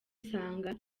usanga